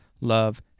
love